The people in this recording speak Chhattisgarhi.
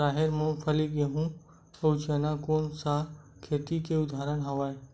राहेर, मूंगफली, गेहूं, अउ चना कोन सा खेती के उदाहरण आवे?